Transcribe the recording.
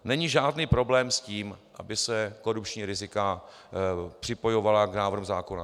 Není žádný problém s tím, aby se korupční rizika připojovala k návrhům zákona.